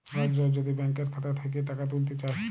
রজ রজ যদি ব্যাংকের খাতা থ্যাইকে টাকা ত্যুইলতে চায়